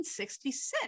1966